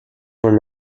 were